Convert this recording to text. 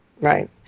Right